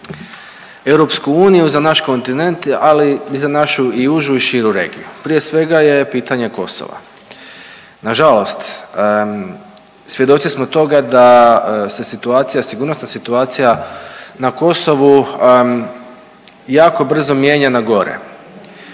za EU, za naš kontinent, ali i za našu i užu i širu regiju. Prije svega je pitanje Kosova. Na žalost svjedoci smo toga da se situacija, sigurnosna situacija na Kosovu jako brzo mijenja na gore